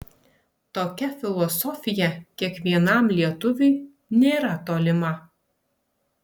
tokia filosofija kiekvienam lietuviui nėra tolima